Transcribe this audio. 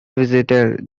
visited